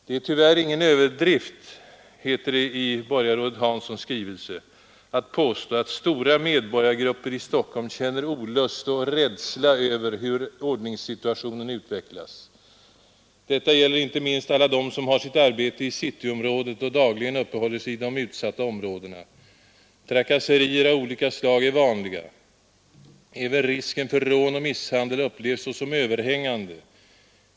”Det är tyvärr ingen överdrift”, heter det i borgarrådet Hansons skrivelse, ”att påstå att stora medborgargrupper i Stockholm känner olust och rädsla över hur ordningssituationen utvecklas. Detta gäller inte minst alla dem som har sitt arbete i cityområdet och dagligen uppehåller sig i de utsatta områdena. Trakasserier av olika slag är vanliga. Även risken för rån och misshandel upplevs som överhängande.